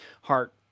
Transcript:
heart